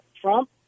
Trump